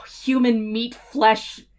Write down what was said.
human-meat-flesh